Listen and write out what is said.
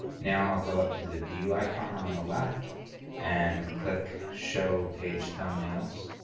now go up to the view icon on the left and click show page thumbnails